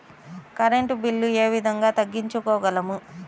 Current bill ఏ విధంగా తగ్గించుకోగలము?